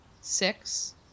six